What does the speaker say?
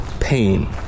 pain